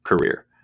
career